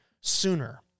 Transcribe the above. sooner